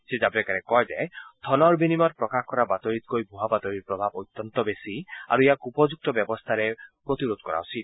শ্ৰীজাভাডেকাৰে কয় যে ধনৰ বিনিময়ত প্ৰকাশ কৰা বাতৰিতকৈ ভূৱা বাতৰিৰ প্ৰভাৱ অত্যন্ত বেছি আৰু ইয়াক উপযুক্ত ব্যৱস্থাৰে প্ৰতিৰোধ কৰা উচিত